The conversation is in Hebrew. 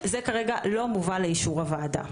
זה כרגע לא מה שמובא לאישור הוועדה.